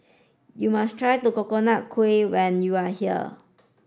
you must try Coconut Kuih when you are here